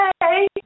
Hey